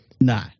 No